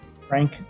Frank